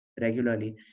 regularly